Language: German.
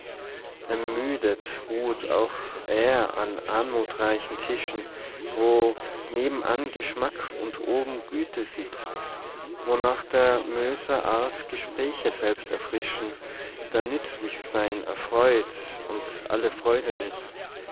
ermüdet ruht auch er an anmutreichen tischen wo nebenan geschmack und oben güte sitzt wo nach der möser art gesprächer selbst erfrischen da nützlich sein erfreut und alle freude nützt